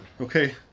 Okay